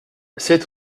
sept